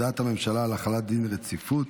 הודעת הממשלה על החלת דין רציפות.